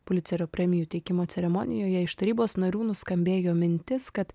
pulicerio premijų teikimo ceremonijoje iš tarybos narių nuskambėjo mintis kad